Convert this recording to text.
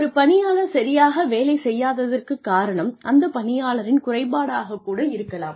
ஒரு பணியாளர் சரியாக வேலை செய்யாததற்கு காரணம் அந்த பணியாளரின் குறைபாடாகக் கூட இருக்கலாம்